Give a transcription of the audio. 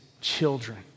children